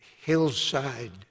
hillside